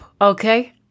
okay